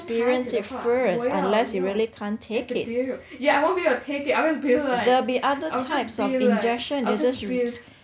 我有孩子的话我要用 epidural yeah I won't be able to take it I will be like I'll just be like I'll just be